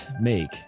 make